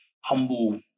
humble